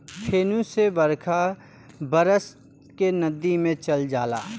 फेनू से बरखा बरस के नदी मे चल जाला